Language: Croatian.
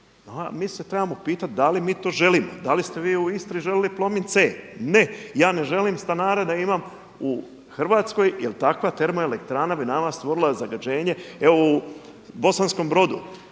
Mi se trebamo pitati da li mi to želimo, da li ste vi u Istri željeli Plomin C. Ne, ja ne želim …/Govornik se ne razumije./… da imam u Hrvatskoj jer takva termoelektrana bi nama stvorila zagađenje. Evo u Bosanskom brodu,